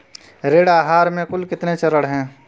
ऋण आहार के कुल कितने चरण हैं?